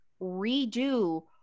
redo